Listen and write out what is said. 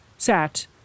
sat